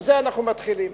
מזה אנחנו מתחילים.